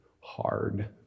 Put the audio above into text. hard